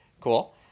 cool